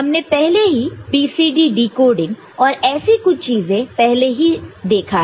हमने पहले ही BCD डिकोडिंग और ऐसी कुछ चीजें पहले ही देखा है